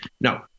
No